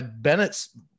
Bennett's